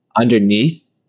underneath